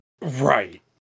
Right